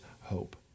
hope